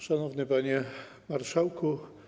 Szanowny Panie Marszałku!